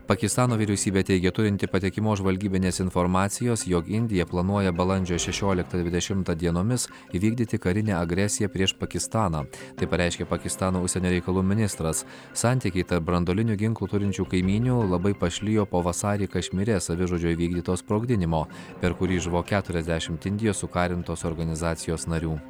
pakistano vyriausybė teigia turinti patikimos žvalgybinės informacijos jog indija planuoja balandžio šešioliktą dvidešimtą dienomis įvykdyti karinę agresiją prieš pakistaną tai pareiškė pakistano užsienio reikalų ministras santykiai tarp branduolinių ginklų turinčių kaimynių labai pašlijo po vasarį kašmyre savižudžio įvykdyto sprogdinimo per kurį žuvo keturiasdešimt indijos sukarintos organizacijos narių